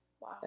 wow